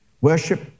Worship